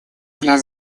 для